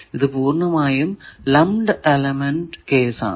ഇത് പൂർണമായും lumped element case ആണ്